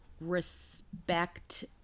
respect